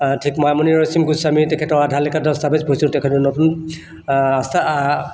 ঠিক মামনি ৰয়চম গোস্বামীৰ তেখেতৰ আধা লিখা দস্তাবেজ পঢ়িছোঁ তেখেতৰ নতুন আস্থা